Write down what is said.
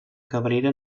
cabrera